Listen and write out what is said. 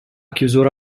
chiusura